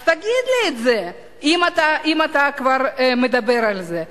אז תגיד לי את זה, אם אתה כבר מדבר על זה.